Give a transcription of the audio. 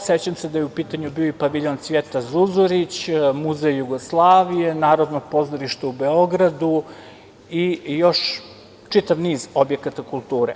Sećam se da je u pitanju bio i Paviljon Cvijeta Zuzorić, muzej Jugoslavije, Narodno pozorište u Beogradu i još čitav niz objekata kulture.